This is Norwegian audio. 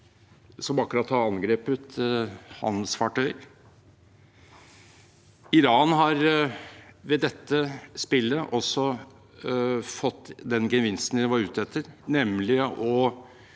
som akkurat har angrepet handelsfartøyer. Iran har ved dette spillet også fått den gevinsten de var ute etter, nemlig å